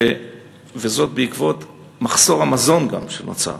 וזאת בעקבות המחסור במזון שנוצר.